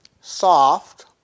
soft